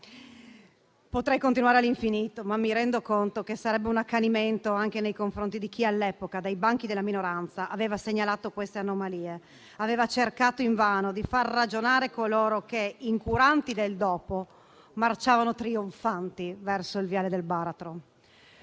Potrei continuare all'infinito, ma mi rendo conto che sarebbe un accanimento anche nei confronti di chi all'epoca, dai banchi della minoranza, aveva segnalato queste anomalie e aveva cercato invano di far ragionare coloro che, incuranti del dopo, marciavano trionfanti verso il viale del baratro.